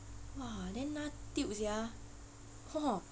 !wah! then now tilt sia hor